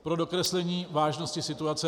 Pro dokreslení vážnosti situace: